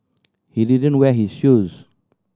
he didn't wear his shoes